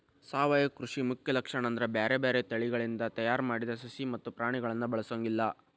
ಸಾವಯವ ಕೃಷಿ ಮುಖ್ಯ ಲಕ್ಷಣ ಅಂದ್ರ ಬ್ಯಾರ್ಬ್ಯಾರೇ ತಳಿಗಳಿಂದ ತಯಾರ್ ಮಾಡಿದ ಸಸಿ ಮತ್ತ ಪ್ರಾಣಿಗಳನ್ನ ಬಳಸೊಂಗಿಲ್ಲ